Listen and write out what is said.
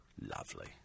Lovely